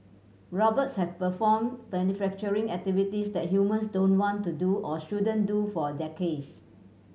robots have performed manufacturing activities that humans don't want to do or shouldn't do for decades